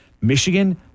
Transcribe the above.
Michigan